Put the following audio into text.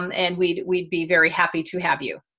um and we'd we'd be very happy to have you.